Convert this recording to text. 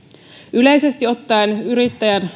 yleisesti ottaen yrittäjän